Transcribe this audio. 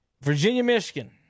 Virginia-Michigan